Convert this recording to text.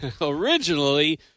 originally